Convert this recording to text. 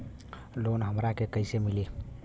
Loan हमरा के कईसे मिली?